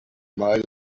mile